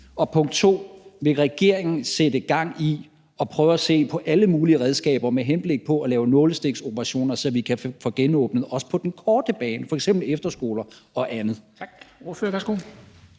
Og punkt 2: Vil regeringen sætte gang i at prøve at se på alle mulige redskaber med henblik på at lave nålestiksoperationer, så vi kan få genåbnet også på den korte bane, f.eks. efterskoler og andet?